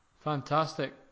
fantastic